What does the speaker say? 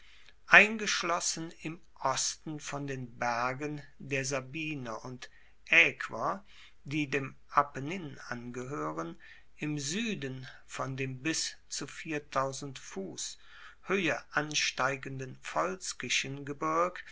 eingeschlossen im osten von den bergen der sabiner und aequer die dem apennin angehoeren im sueden von dem bis zu fuss hoehe ansteigenden volskischen gebirg